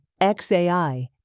XAI